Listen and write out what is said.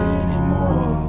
anymore